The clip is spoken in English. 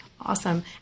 Awesome